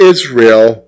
Israel